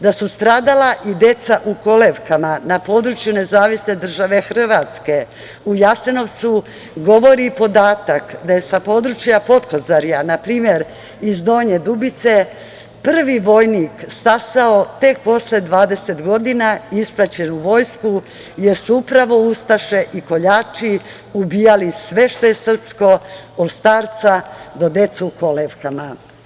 Da su stradala i deca u kolevkama, na području nezavisne države Hrvatske, u Jasenovcu, govori i podatak da je sa područja Podkozorja, na primer iz Donje Dubice, prvi vojnik stasao tek posle 20 godina i ispraćen u vojsku, jer su upravo ustaše i koljači ubijali sve što je srpsko od starca do dece u kolevkama.